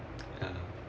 ya